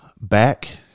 back